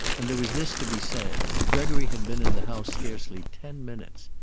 and there was this to be said gregory had been in the house scarcely ten minutes.